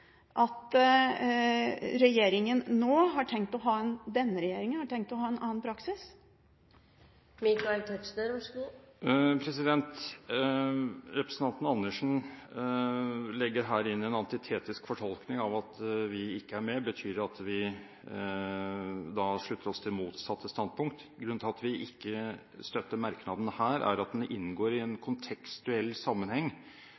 i regjeringen heller ikke i fremtiden skal legges frem for Stortinget.» Betyr det at denne regjeringen nå har tenkt å ha en annen praksis? Representanten Andersen legger her inn en antitetisk fortolkning: at vi ikke er med, betyr at vi slutter oss til det motsatte standpunkt. Grunnen til at vi ikke støtter merknaden her, er at den inngår i en kontekstuell sammenheng